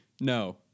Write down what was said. No